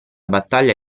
battaglia